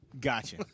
Gotcha